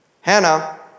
Hannah